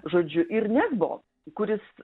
žodžiu ir nesbo kuris